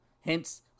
hence